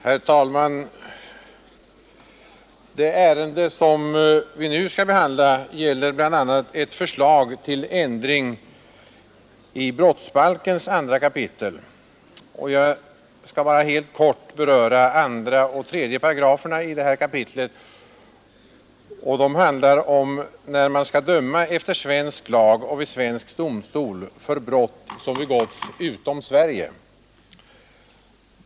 Herr talman! Det ärende som vi nu skall behandla gäller bl.a. ett förslag till ändring i 2 kap. brottsbalken, Jag skall helt kort beröra 2 och 3 §§ i detta kapitel. De handlar om när man skall döma efter svensk lag och vid svensk domstol för brott som begåtts utom Sverige.